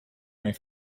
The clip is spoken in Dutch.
mijn